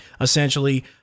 essentially